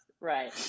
Right